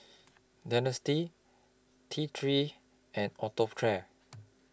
Dentiste T three and Atopiclair